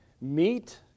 meat